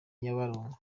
nyabarongo